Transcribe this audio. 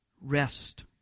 rest